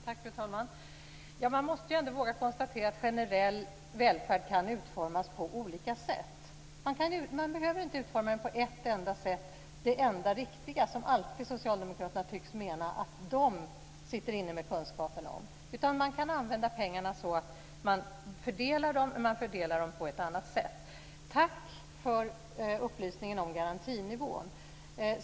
Fru talman! Man måste ändå våga konstatera att generell välfärd kan utformas på många olika sätt. Man behöver inte utforma det på ett enda sätt, det enda riktiga, som alltid socialdemokraterna tycks mena att de sitter inne med kunskapen om. Man kan använda pengarna så att man fördelar dem, men att man fördelar dem på ett annat sätt. Tack för upplysningen om garantinivån.